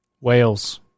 Wales